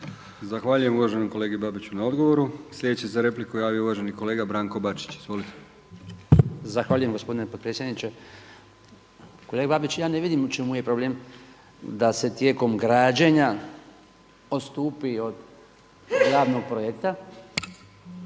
Zahvaljujem uvaženom kolegi Babiću na odgovoru. Sljedeći se za repliku javio uvaženi kolega Branko Bačić. Izvolite. **Bačić, Branko (HDZ)** Zahvaljujem gospodine potpredsjedniče. Kolega Babić, ja ne vidim u čemu je problem da se tijekom građenja odstupi od javnog projekta